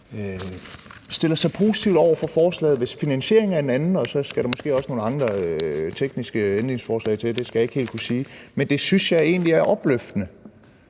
stiller sig positivt over for forslaget, hvis finansieringen er en anden, og så skal der måske også nogle andre tekniske ændringsforslag til – det skal jeg ikke helt kunne sige. Men det synes jeg egentlig er opløftende,